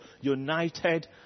united